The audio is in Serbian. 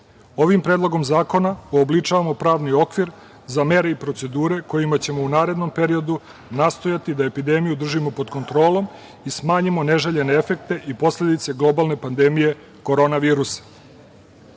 predlogom zakona uobličavamo pravni okvir za mere i procedure kojima ćemo u narednom periodu nastojati da epidemiju držimo pod kontrolom i smanjimo neželjene efekte i posledice globalne pandemije korona virusa.U